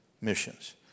missions